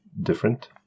different